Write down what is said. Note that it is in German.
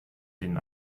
den